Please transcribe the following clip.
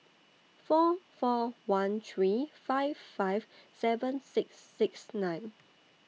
four four one three five five seven six six nine